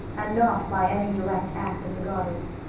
and not by any direct act of the goddess.